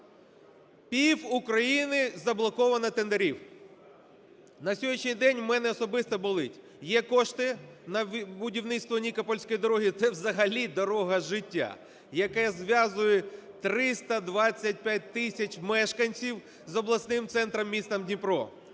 пів-України заблоковано тендерів. На сьогоднішній день у мене особисто болить, є кошти на будівництво нікопольської дороги, це взагалі "дорога життя", яка зв'язує 325 тисяч мешканців з обласним центром містом Дніпро,